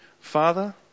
Father